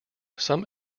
some